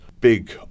big